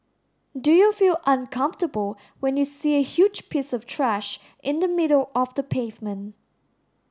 do you feel uncomfortable when you see a huge piece of trash in the middle of the pavement